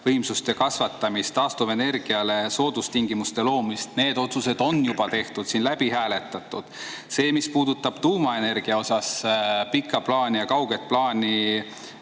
kasvatamist, taastuvenergiale soodustingimuste loomist – need otsused on juba tehtud ja siin läbi hääletatud. Mis puudutab tuumaenergia pikka plaani ja kauget plaani